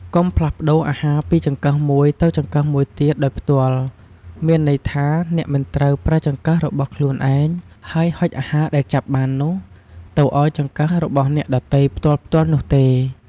កុំផ្លាស់ប្តូរអាហារពីចង្កឹះមួយទៅចង្កឹះមួយទៀតដោយផ្ទាល់មានន័យថា អ្នកមិនត្រូវប្រើចង្កឹះរបស់ខ្លួនឯង ហើយហុចអាហារដែលចាប់បាននោះ ទៅឱ្យចង្កឹះរបស់អ្នកដទៃផ្ទាល់ៗនោះទេ។